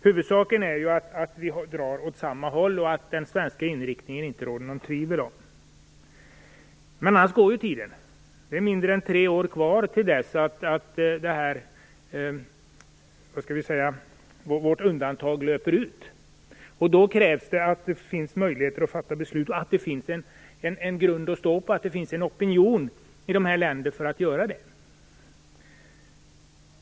Huvudsaken är att vi drar åt samma håll och att det inte råder något tvivel om den svenska inriktningen. Men tiden går. Det är mindre än tre år kvar till dess att vårt undantag löper ut. Då krävs det att det finns möjligheter att fatta beslut, att det finns en grund att stå på och en opinion i länderna för ett beslut.